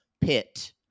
pit